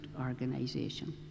organization